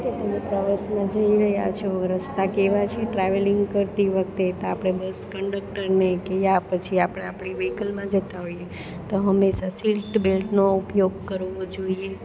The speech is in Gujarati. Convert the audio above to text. તો તમે પ્રવાસમાં જઈ રહ્યા છો રસ્તા કેવા છે ટ્રાવેલિંગ કરતી વખતે તો બસ કંડક્ટરને કે યા પછી આપણે આપણી વ્હિકલમાં જતા હોઈએ તો હંમેશાં સીટ બેલ્ટનો ઉપયોગ કરવો જોઈએ